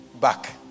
back